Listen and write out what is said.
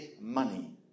money